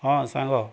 ହଁ ସାଙ୍ଗ